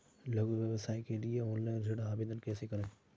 लघु व्यवसाय के लिए ऑनलाइन ऋण आवेदन कैसे करें?